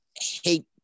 hate